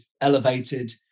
elevated